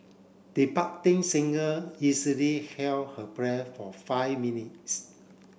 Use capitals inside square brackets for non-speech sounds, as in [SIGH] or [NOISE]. the [UNINTELLIGIBLE] singer easily held her breath for five minutes